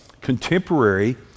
contemporary